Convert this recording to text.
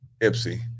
Ipsy